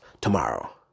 tomorrow